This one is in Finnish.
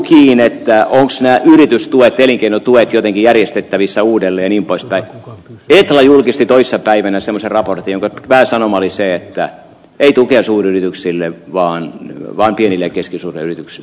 kiinni jää onks nää jos tuet elinkeinotuet jotenkin järjestettävissä uudelleenin paista vielä julkisti toissapäivänä semmoisen raportin pääsanoma oli se että eu tukea suuryrityksille vaan vain pienillä keskisuuria yrityksiä